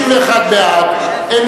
31 בעד, אין